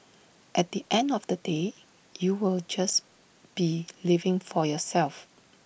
at the end of the day you'll just be living for yourself